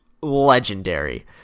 legendary